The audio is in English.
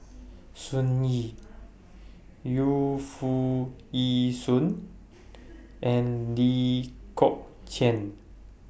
Sun Yee Yu Foo Yee Shoon and Lee Kong Chian